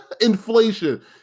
Inflation